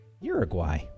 Uruguay